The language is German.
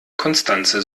constanze